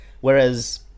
Whereas